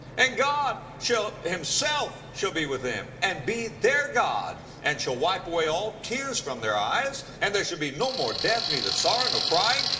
and god shall himself shall be with them, and be their god. and shall wipe away all tears from their eyes and there shall be no more death, neither sorrow, nor crying,